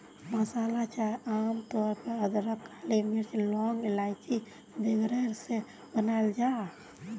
मसाला चाय आम तौर पे अदरक, काली मिर्च, लौंग, इलाइची वगैरह से बनाल जाहा